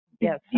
Yes